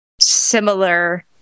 similar